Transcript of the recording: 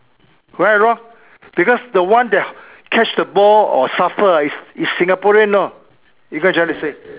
right or wrong because the one that catch the ball or suffer ah is is Singaporean you know you get what I'm trying to say